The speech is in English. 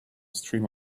stream